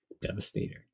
devastator